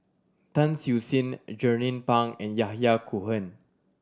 Tan Siew Sin Jernnine Pang and Yahya Cohen